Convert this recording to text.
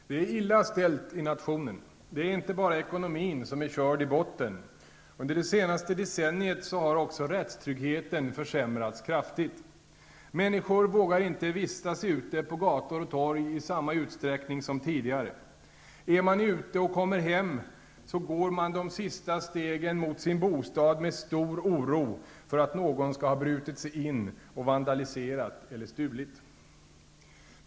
Herr talman! Det är illa ställt i nationen. Det är inte bara ekonomin som är körd i botten. Under det senaste decenniet har också rättstryggheten försämrats kraftigt. Människor vågar inte vistas ute på gator och torg i samma utsträckning som tidigare. Är man ute och kommer hem så går Öman de sista stegen mot sin bostad med stor oro för att någon skall ha brutit sig in och vandaliserat eller stulit.